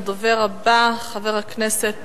הדובר הבא, חבר הכנסת